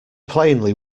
plainly